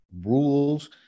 Rules